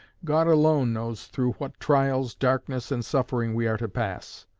god alone knows through what trials, darkness, and suffering we are to pass.